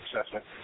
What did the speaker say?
assessment